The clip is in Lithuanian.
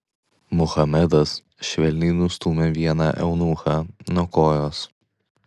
muhamedas švelniai nustūmė vieną eunuchą nuo kojos